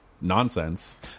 nonsense